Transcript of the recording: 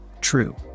True